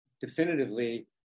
definitively